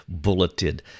bulleted